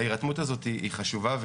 ההירתמות הזאת היא חשובה,